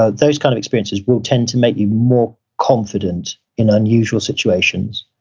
ah those kind of experiences will tend to make you more confident in unusual situations.